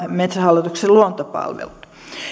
metsähallituksen luontopalvelut